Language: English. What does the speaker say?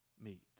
meet